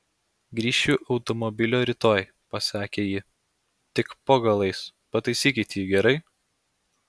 grįšiu automobilio rytoj pasakė ji tik po galais pataisykit jį gerai